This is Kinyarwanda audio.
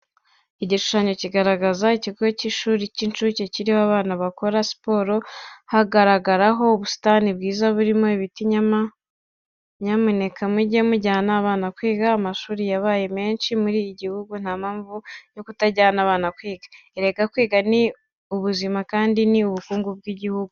Igishushanyo kigaragaza ikigo cy'ishuri cy'incuke kiriho abana bakora siporo, hagaragaraho ubusitani bwiza burimo ibiti. Nyamuneka mujye mujyana abana kwiga amashuri yabaye menshi mu gihugu ntampamvu yo kutajyana abana kwiga. Erega kwiga ni ubuzima kandi ni n'ubukungu bw'igihugu.